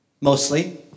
mostly